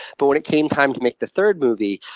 but when it came time to make the third movie,